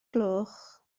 gloch